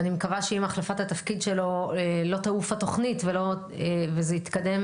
אני מקווה שעם החלפת התפקיד שלו לא תעוף התוכנית וזה יתקדם